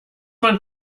man